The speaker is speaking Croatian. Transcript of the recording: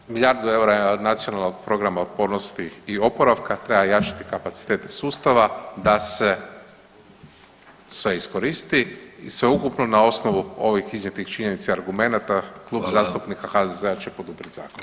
Milijardu eura je od Nacionalnog programa otpornosti i oporavka, treba jačati kapacitete sustava da se sve iskoristi i sveukupno na osnovu ovih iznijetih činjenica i argumenata Klub zastupnika HZZ-a će poduprijeti zakon.